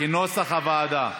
כנוסח הוועדה.